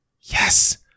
Yes